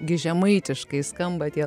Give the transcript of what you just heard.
gi žemaitiškai skamba tie